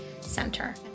Center